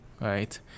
right